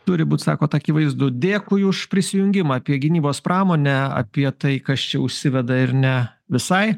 turi būt sakot akivaizdu dėkui už prisijungimą apie gynybos pramonę apie tai kas čia užsiveda ir ne visai